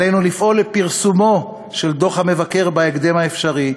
עלינו לפעול לפרסומו של דוח המבקר בהקדם האפשרי,